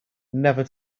never